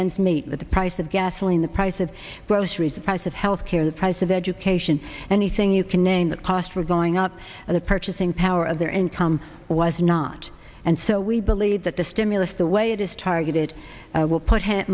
ends meet with the price of gasoline the price of groceries the price of health care the price of education anything you can name the cost for going up and the purchasing power of their income was not and so we believe that the stimulus the way it is targeted will put h